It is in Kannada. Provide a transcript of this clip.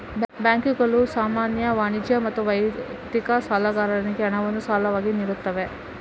ಬ್ಯಾಂಕುಗಳು ಸಾಮಾನ್ಯ, ವಾಣಿಜ್ಯ ಮತ್ತು ವೈಯಕ್ತಿಕ ಸಾಲಗಾರರಿಗೆ ಹಣವನ್ನು ಸಾಲವಾಗಿ ನೀಡುತ್ತವೆ